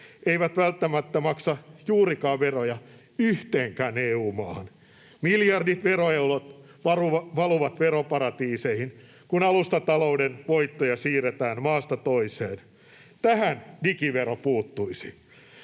eivät välttämättä maksa juurikaan veroja yhteenkään EU-maahan. Miljardit veroeurot valuvat veroparatiiseihin, kun alustatalouden voittoja siirretään maasta toiseen. Tähän digivero puuttuisi.